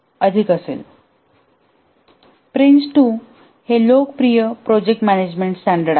prince 2 हे लोकप्रिय project management standard आहे